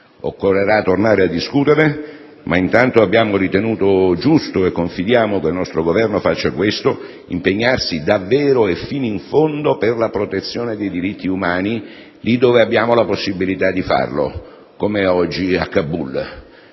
Occorrerà tornare a discuterne, ma intanto abbiamo ritenuto giusto - e confidiamo che il nostro Governo faccia questo - impegnarsi davvero e fino in fondo per la protezione dei diritti umani lì dove abbiamo la possibilità di farlo, come oggi a Kabul.